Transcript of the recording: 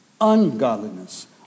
ungodliness